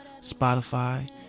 Spotify